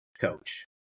coach